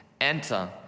enter